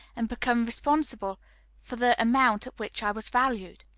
and become responsible for the amount at which i was valued.